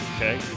Okay